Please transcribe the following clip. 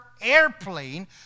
airplane